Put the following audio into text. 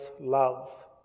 love